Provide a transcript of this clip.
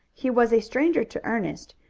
he was a stranger to ernest,